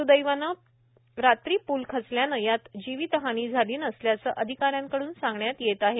सुदैवाने रात्री पूल खचल्याने यात जीवितहानी झाली नसल्याचं अधिकाऱ्यांकडून सांगण्यात येत आहे